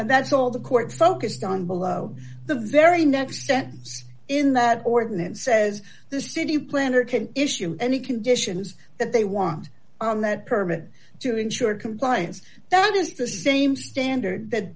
and that's all the court focused on below the very next sentence in that ordinance says the city planner can issue any conditions that they want on that permit to ensure compliance that is the same standard that